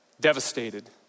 devastated